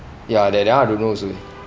ya that that one I don't know also eh